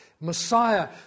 Messiah